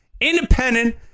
independent